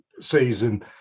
season